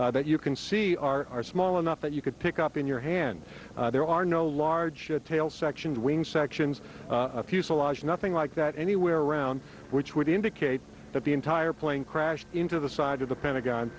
left that you can see are small enough that you could pick up in your hand there are no large tail section sections fuselage nothing like that anywhere around which would indicate that the entire plane crashed into the side of the pentagon